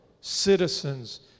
citizens